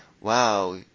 wow